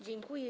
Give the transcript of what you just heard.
Dziękuję.